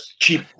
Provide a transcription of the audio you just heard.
cheap